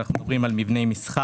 כשאנחנו מדברים על מבני מספר.